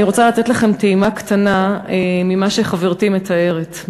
אני רוצה לתת לכם טעימה קטנה ממה שחברתי מתארת.